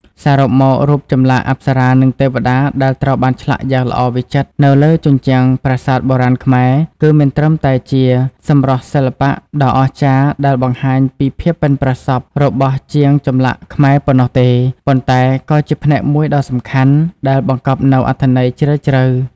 សរុបមក រូបចម្លាក់ អប្សរានិង ទេវតា ដែលត្រូវបានឆ្លាក់យ៉ាងល្អវិចិត្រនៅលើជញ្ជាំងប្រាសាទបុរាណខ្មែរ គឺមិនត្រឹមតែជា សម្រស់សិល្បៈដ៏អស្ចារ្យ ដែលបង្ហាញពីភាពប៉ិនប្រសប់របស់ជាងចម្លាក់ខ្មែរប៉ុណ្ណោះទេ ប៉ុន្តែក៏ជាផ្នែកមួយដ៏សំខាន់ ដែលបង្កប់នូវអត្ថន័យជ្រាលជ្រៅ។